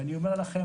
ואני אומר לכם,